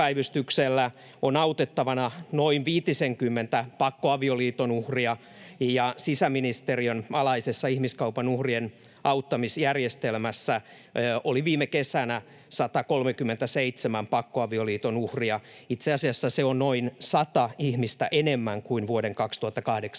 on autettavanaan viitisenkymmentä pakkoavioliiton uhria, ja sisäministeriön alaisessa ihmiskaupan uhrien auttamisjärjestelmässä oli viime kesänä 137 pakkoavioliiton uhria. Itse asiassa se on noin 100 ihmistä enemmän kuin vuoden 2018